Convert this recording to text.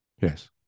Yes